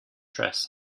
dress